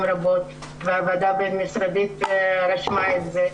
רבות והוועדה הבין משרדית רשמה את זה.